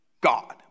God